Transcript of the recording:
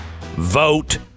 Vote